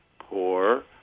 poor